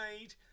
made